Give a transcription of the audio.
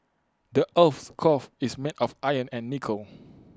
the Earth's core is made of iron and nickel